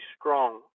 strong